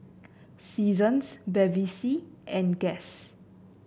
Seasons Bevy C and Guess